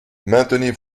maintenez